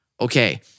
Okay